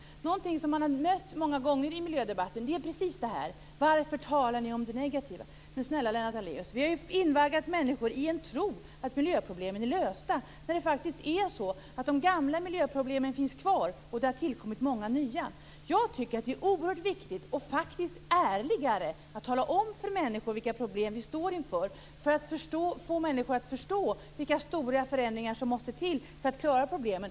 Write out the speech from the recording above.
En sak som man har mött många gånger i miljödebatten är precis detta: Varför talar ni om det negativa? Men, snälla Lennart Daléus, vi har ju invaggat människor i en tro att miljöproblemen är lösta fast det faktiskt är så att de gamla miljöproblemen finns kvar. Och det har tillkommit många nya. Jag tycker att det är oerhört viktigt, och faktiskt ärligare, att tala om för människor vilka problem vi står inför så att de förstår vilka stora förändringar som måste till för att klara problemen.